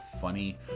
funny